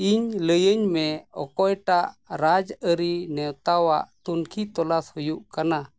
ᱤᱧ ᱞᱟᱹᱭᱟᱹᱧ ᱢᱮ ᱚᱠᱚᱭᱴᱟᱜ ᱨᱟᱡᱽᱟᱹᱨᱤ ᱱᱮᱛᱟᱣᱟᱜ ᱛᱩᱱᱠᱷᱤ ᱛᱚᱞᱟᱥ ᱦᱩᱭᱩᱜ ᱠᱟᱱᱟ